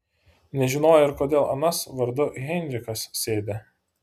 nežinojo ir kodėl anas vardu heinrichas sėdi